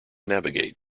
navigate